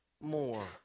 more